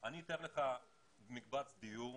אני אתאר לך מקבץ דיור,